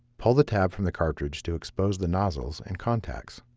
pull the tab from the cartridge to expose the nozzles and contacts.